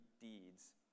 deeds